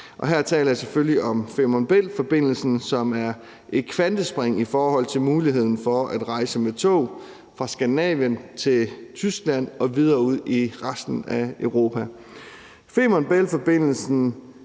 Her taler jeg selvfølgelig om Femern Bælt-forbindelsen, som er et kvantespring i forhold til muligheden for at rejse med tog fra Skandinavien til Tyskland og videre ud i resten af Europa. Femern Bælt-forbindelsen